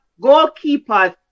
goalkeepers